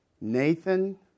Nathan